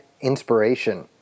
inspiration